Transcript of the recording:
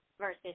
versus